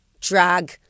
drag